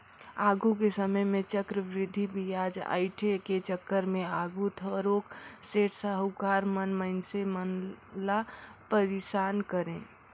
आघु के समे में चक्रबृद्धि बियाज अंइठे के चक्कर में आघु थारोक सेठ, साहुकार मन मइनसे मन ल पइरसान करें